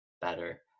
better